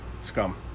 Scum